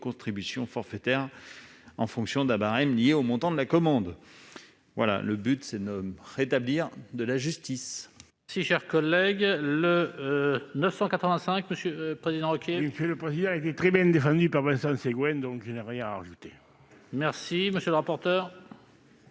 écocontribution forfaitaire en fonction d'un barème lié au montant de la commande. L'objectif est de rétablir la justice.